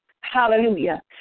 Hallelujah